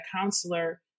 counselor